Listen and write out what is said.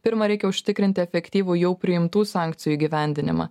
pirma reikia užtikrint efektyvų jau priimtų sankcijų įgyvendinimą